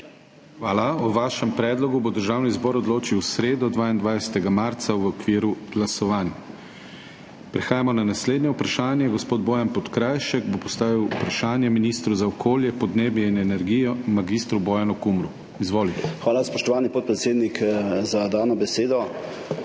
Hvala. O vašem predlogu bo Državni zbor odločil v sredo, 22. marca, v okviru glasovanj. Prehajamo na naslednje vprašanje. Gospod Bojan Podkrajšek bo postavil vprašanje ministru za okolje, podnebje in energijo mag. Bojanu Kumru. Izvoli. **BOJAN PODKRAJŠEK (PS SDS):** Hvala, spoštovani podpredsednik, za dano besedo.